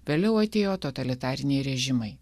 vėliau atėjo totalitariniai režimai